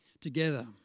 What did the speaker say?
together